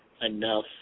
enough